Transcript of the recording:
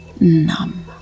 numb